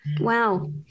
Wow